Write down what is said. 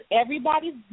everybody's